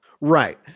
Right